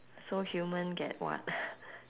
so human get what